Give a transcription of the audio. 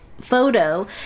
photo